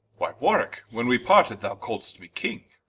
why warwicke, when wee parted, thou call'dst me king